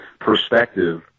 perspective